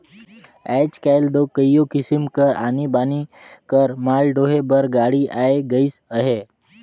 आएज काएल दो कइयो किसिम कर आनी बानी कर माल डोहे बर गाड़ी आए गइस अहे